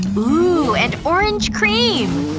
ooh, and orange cream!